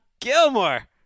Gilmore